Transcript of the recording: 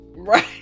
Right